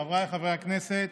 חבריי חברי הכנסת,